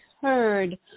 heard